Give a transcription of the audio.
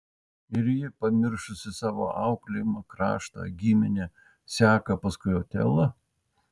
ir ji pamiršusi savo auklėjimą kraštą giminę seka paskui otelą